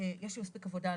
יש לי מספיק עבודה.